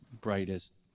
brightest